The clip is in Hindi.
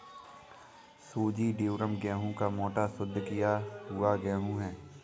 सूजी ड्यूरम गेहूं का मोटा, शुद्ध किया हुआ गेहूं है